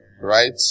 Right